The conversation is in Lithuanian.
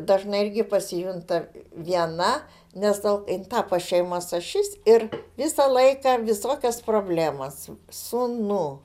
dažnai irgi pasijunta viena nes tau tapo šeimos ašis ir visą laiką visokios problemos sūnų